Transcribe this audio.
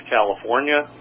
California